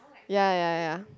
ya ya ya